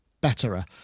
betterer